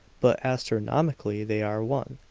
but astronomically they are one.